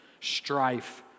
strife